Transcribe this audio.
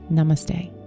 Namaste